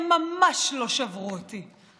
הם ממש לא שברו אותי.